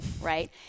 right